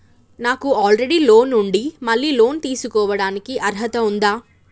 నాకు already loan ఉండి మళ్ళీ లోన్ తీసుకోవడానికి అర్హత ఉందా?